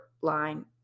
line